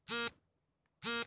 ಮಣ್ಣು ಹೇಗೆ ಉಂಟಾಗುತ್ತದೆ?